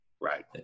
right